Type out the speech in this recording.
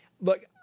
look